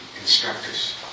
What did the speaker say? instructors